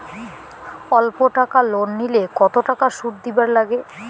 অল্প টাকা লোন নিলে কতো টাকা শুধ দিবার লাগে?